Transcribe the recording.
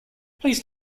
please